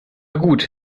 gut